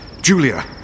Julia